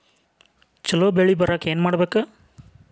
ಛಲೋ ಬೆಳಿ ಬರಾಕ ಏನ್ ಮಾಡ್ಬೇಕ್?